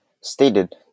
stated